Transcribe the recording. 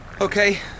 Okay